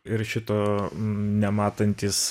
ir šito nematantys